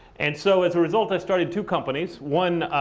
and so as a result, i started two companies. one,